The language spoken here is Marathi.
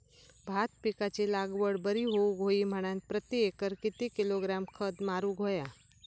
भात पिकाची लागवड बरी होऊक होई म्हणान प्रति एकर किती किलोग्रॅम खत मारुक होया?